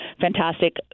fantastic